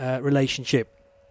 relationship